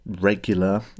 Regular